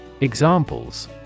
Examples